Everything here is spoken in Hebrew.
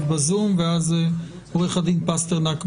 עורך דין פסטרנק.